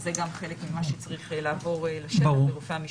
זה גם חלק ממה שצריך לעבור לשטח, לרופאי המשפחה.